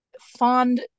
fond